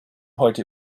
heute